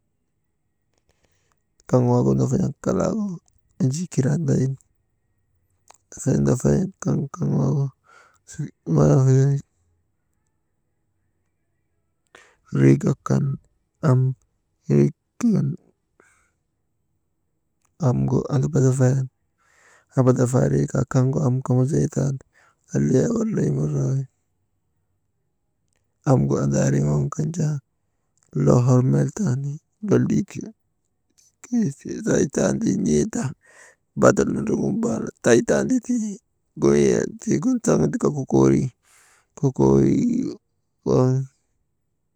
Kaŋ waagu ndafayan kalagu enjii kiraa ndayin, «Hesitation» amgu ambadafayan ambadafaarii kaa kaŋgu kambasii tan alliya walay barik waagin amgu andaariŋ waŋ kan jaa loo hor meltani, «hesitation» bada nondroŋun wabaana, nidiyi goyek tiigu taŋir kaa kokoori, waŋ.